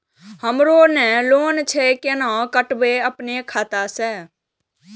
हमरो जे लोन छे केना कटेबे अपनो खाता से?